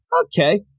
okay